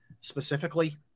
specifically